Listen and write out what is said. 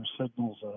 signals